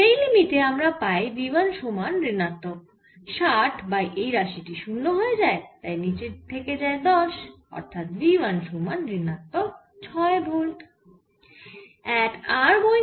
সেই লিমিটে আমরা পাই V 1 সমান ঋণাত্মক 60 বাই এই রাশি টি শূন্য হয়ে যায় তাই নিচে থেকে যায় 10 অর্থাৎ V 1 সমান ঋণাত্মক 6 ভোল্ট